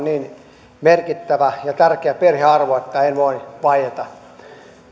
niin merkittävä ja tärkeä perhearvo että en voi vaieta